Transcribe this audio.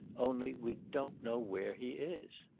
only, we don't know where he is.